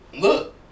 Look